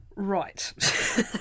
Right